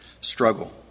struggle